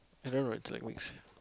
I'm not going to take weeks